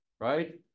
Right